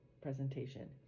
presentation